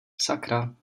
sakra